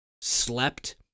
slept